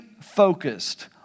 focused